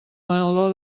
meló